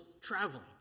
traveling